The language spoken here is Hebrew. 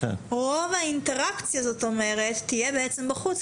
רוב האינטראקציה תהיה בעצם בחוץ,